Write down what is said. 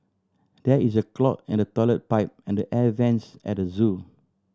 there is a clog in the toilet pipe and the air vents at the zoo